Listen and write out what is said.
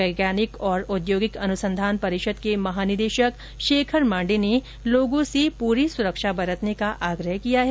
वैज्ञानिक और औद्योगिक अनुसंधान परिषद के महानिदेशक शेखर मांडे ने लोगों से पूरी सुरक्षा बरतने का आग्रह किया है